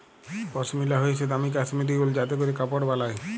পশমিলা হইসে দামি কাশ্মীরি উল যাতে ক্যরে কাপড় বালায়